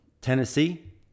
Tennessee